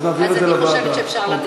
אני חושבת שאפשר להעביר לוועדה.